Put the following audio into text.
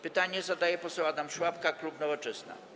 Pytanie zadaje poseł Adam Szłapka, klub Nowoczesna.